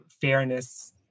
fairness